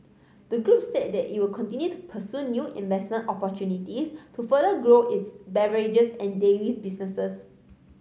the group said that it will continue to pursue new investment opportunities to further grow its beverages and dairies businesses